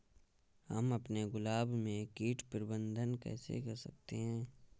हम अपने गुलाब में कीट प्रबंधन कैसे कर सकते है?